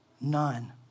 None